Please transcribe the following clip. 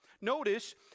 Notice